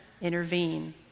intervene